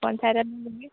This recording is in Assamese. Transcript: পঞ্চায়তত